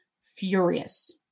furious